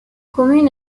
commune